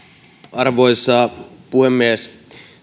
arvoisa puhemies